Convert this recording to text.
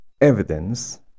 evidence